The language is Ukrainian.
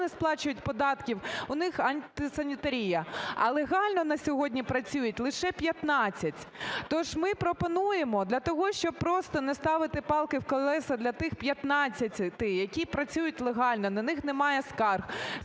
сплачують податків, у них антисанітарія. А легально на сьогодні працюють лише 15. Тож ми пропонуємо для того, щоб просто не ставити палки в колеса для тих 15-ти, які працюють легально, на них немає скарг,